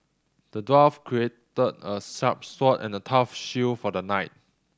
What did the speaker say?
the dwarf crafted a sharp sword and a tough shield for the knight